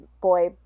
boy